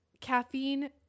caffeine